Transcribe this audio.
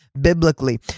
biblically